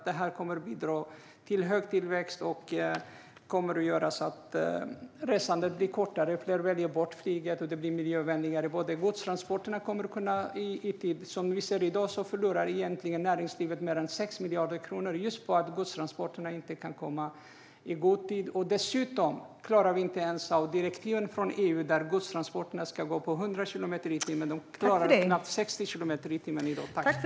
Detta kommer att bidra till hög tillväxt och kommer att göra så att resor blir kortare och fler väljer bort flyget. Det blir också miljövänligare. Godstransporterna komma att kunna komma i tid. Som vi ser i dag förlorar näringslivet mer än 6 miljarder just på att godstransporterna inte kan komma i god tid. Dessutom klarar vi inte ens av direktiven från EU som säger att godstransporterna ska gå i 100 kilometer i timmen. De klarar knappt 60 kilometer i timmen i dag.